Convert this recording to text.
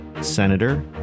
Senator